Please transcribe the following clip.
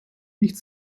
nicht